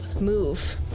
move